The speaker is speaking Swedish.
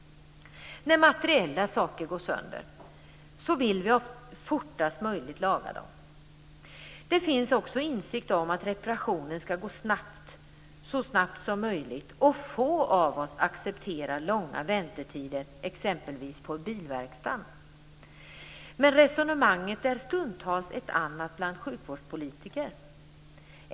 När materiella saker går sönder vill vi fortast möjligt laga dem. Det finns också insikt om att reparationen skall gå så snabbt som möjligt och få av oss accepterar långa väntetider exempelvis på bilverkstaden. Men resonemanget är stundtals ett annat bland sjukvårdspolitiker.